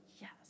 Yes